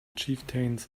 chieftains